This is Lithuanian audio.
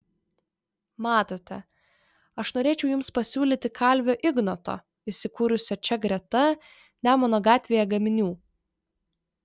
matote aš norėčiau jums pasiūlyti kalvio ignoto įsikūrusio čia greta nemuno gatvėje gaminių